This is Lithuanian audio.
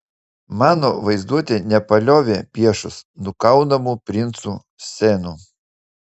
mano vaizduotė nepaliovė piešus nukaunamų princų scenų